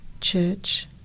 church